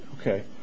Okay